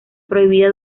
prohibida